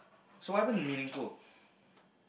so what happened to meaningful